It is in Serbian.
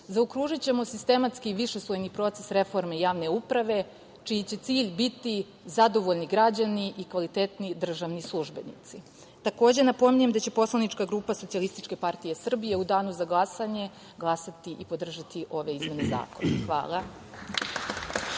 zaokružićemo sistematski višeslojni proces reforme javne uprave, čiji će cilj biti zadovoljni građani i kvalitetni državni službenici. Napominjem da će Poslanička grupa Socijalističke partije Srbije u danu za glasanje glasati i podržati ove izmene zakona. Hvala.